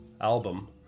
album